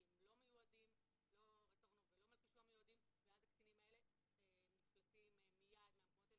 כי הם לא מיועדים ואז הקטינים האלה נפלטים מיד מהמקומות האלה